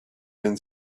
been